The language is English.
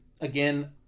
again